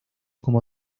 como